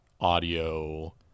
audio